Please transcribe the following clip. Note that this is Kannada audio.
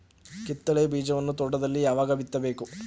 ಕಿತ್ತಳೆ ಬೀಜವನ್ನು ತೋಟದಲ್ಲಿ ಯಾವಾಗ ಬಿತ್ತಬೇಕು?